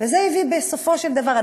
וזה הביא בסופו של דבר,